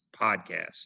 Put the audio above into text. podcast